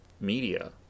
media